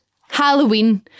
Halloween